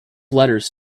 letters